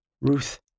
Ruth